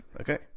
Okay